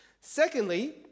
Secondly